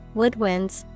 woodwinds